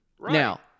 now